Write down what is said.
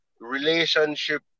relationship